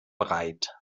breit